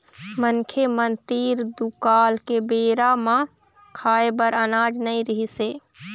मनखे मन तीर दुकाल के बेरा म खाए बर अनाज नइ रिहिस हे